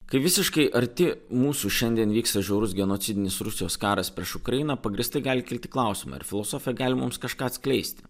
kai visiškai arti mūsų šiandien vyksta žiaurus genocidinis rusijos karas prieš ukrainą pagrįstai gali kelti klausimą ar filosofė gali mums kažką atskleisti